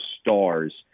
stars